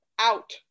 Out